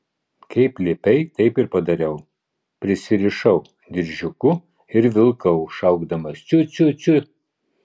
kaip liepei taip ir padariau prisirišau diržiuku ir vilkau šaukdamas ciu ciu ciu